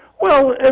well,